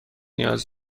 نیاز